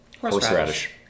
horseradish